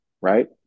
right